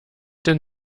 denn